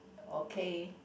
okay